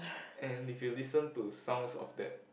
and if you listen to songs of that